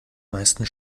meisten